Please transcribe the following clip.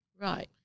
Right